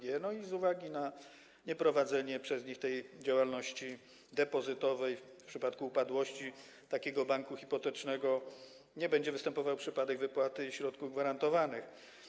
Z uwagi na nieprowadzenie przez nie tej działalności depozytowej, w przypadku upadłości banku hipotecznego nie będzie występował przypadek wypłaty środków gwarantowanych.